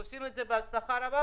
ועושים את זה בהצלחה רבה,